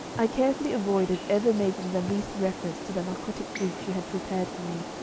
i carefully avoided ever making the least reference to the narcotic drink she had prepared for me,